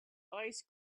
ice